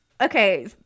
Okay